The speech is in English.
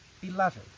beloved